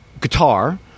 guitar